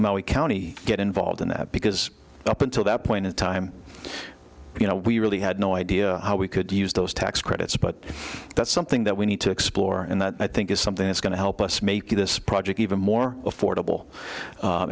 we get involved in that because up until that point in time you know we really had no idea how we could use those tax credits but that's something that we need to explore and that i think is something that's going to help us make this project even more affordable